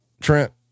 Trent